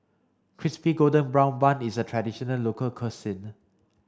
crispy golden brown bun is a traditional local